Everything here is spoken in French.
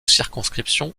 circonscriptions